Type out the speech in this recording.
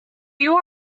you